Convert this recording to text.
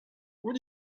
what